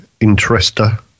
interester